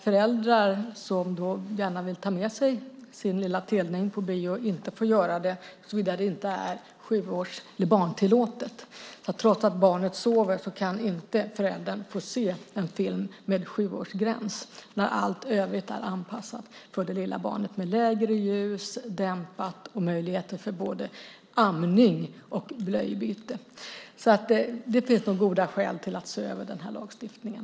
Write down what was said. Föräldrar som gärna vill ta med sig sin lilla telning på bio får inte göra det såvida filmen inte är barntillåten. Trots att barnet sover kan föräldern inte få se en film med 7-årsgräns även om allt annat är anpassat för det lilla barnet med mindre ljus, dämpat ljud och möjligheter för både amning och blöjbyte. Det finns goda skäl att se över den här lagstiftningen.